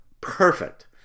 perfect